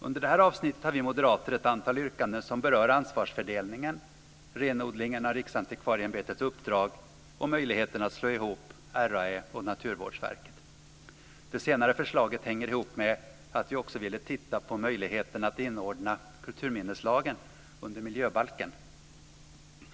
Under detta avsnitt har vi moderater ett antal yrkanden som berör ansvarsfördelningen, renodlingen av Riksantikvarieämbetets uppdrag och möjligheten att slå ihop RAÄ och Naturvårdsverket. Det senare förslaget hänger ihop med att vi också ville titta på möjligheten att inordna kulturminneslagen under miljöbalken.